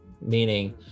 meaning